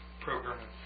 program